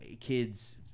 kid's